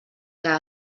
que